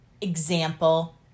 example